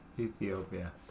ethiopia